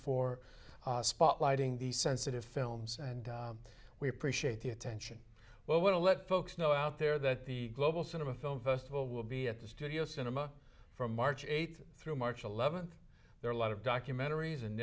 for spotlighting the sensitive films and we appreciate the attention well we'll let folks know out there that the global cinema film festival will be at the studio cinema from march eighth through march eleventh there are a lot of documentaries and